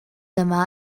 yma